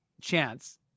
chance